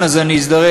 אז אני אזדרז,